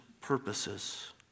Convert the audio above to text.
purposes